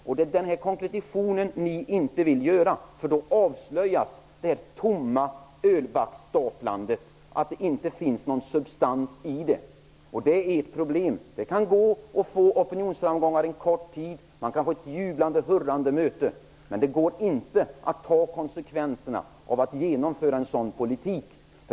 Ni vill inte göra den konkretionen, eftersom ert staplande av tomma ölbackar då avslöjas. Det finns ingen substans i det, och det är ert problem. Det kan gå att få opinionsframgångar under en kort tid. Man kan få ett jublande och hurrande möte, men det går inte att ta konsekvenserna av att genomföra en sådan politik.